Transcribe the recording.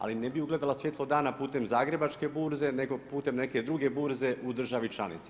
Ali ne bi ugledala svjetlo dana putem Zagrebačke burze nego putem neke druge burze u državi članici.